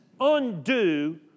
undo